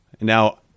Now